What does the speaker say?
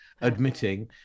admitting